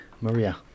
Maria